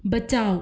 बचाओ